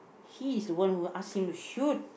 he is the one what asking to shoot